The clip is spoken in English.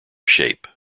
shape